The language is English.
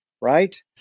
right